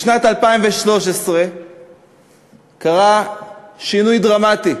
בשנת 2013 קרה שינוי דרמטי.